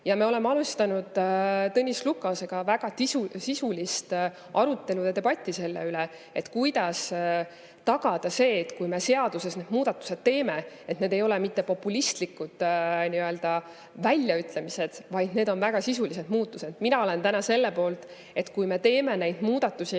Me oleme alustanud Tõnis Lukasega väga sisulist arutelu ja debatti, kuidas tagada see, et kui me seaduses need muudatused teeme, siis need ei ole mitte populistlikud väljaütlemised, vaid väga sisulised muudatused. Mina olen selle poolt, et kui me teeme muudatusi,